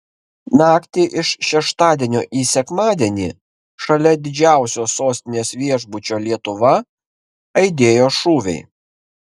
naktį iš šeštadienio į sekmadienį šalia didžiausio sostinės viešbučio lietuva aidėjo šūviai